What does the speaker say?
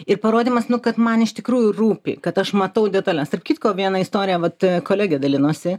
ir parodymas nu kad man iš tikrųjų rūpi kad aš matau detales tarp kitko viena istorija vat kolegė dalinosi